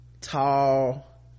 tall